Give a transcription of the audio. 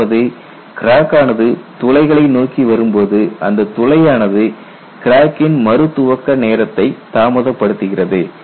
அதாவது கிராக் ஆனது துளைகளை நோக்கி வரும்போது அந்த துளையானது கிராக்கின் மறு துவக்க நேரத்தை தாமதப்படுத்துகிறது